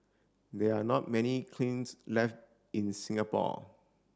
there are not many kilns left in Singapore